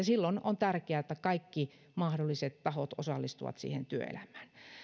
silloin on tärkeää että kaikki mahdolliset tahot osallistuvat työelämään